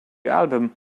album